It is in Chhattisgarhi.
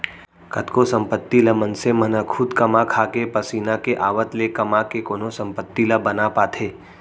कतको संपत्ति ल मनसे मन ह खुद कमा खाके पसीना के आवत ले कमा के कोनो संपत्ति ला बना पाथे